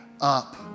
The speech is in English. up